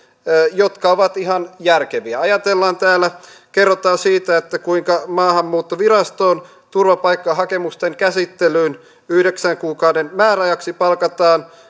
jotka ovat ihan järkeviä täällä kerrotaan siitä kuinka maahanmuuttovirastoon turvapaikkahakemusten käsittelyyn yhdeksän kuukauden määräajaksi palkataan